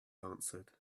answered